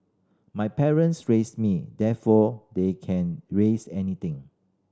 my parents raised me therefore they can raise anything